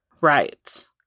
Right